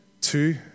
Two